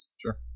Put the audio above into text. sure